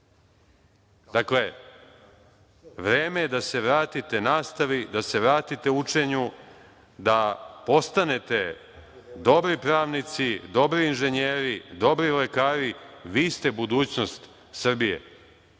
vama. Dakle, vreme je da se vratite nastavi, da se vratite učenju, da postanete dobri pravnici, dobri inženjeri, dobri lekari, vi ste budućnost Srbije.